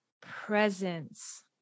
presence